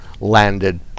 landed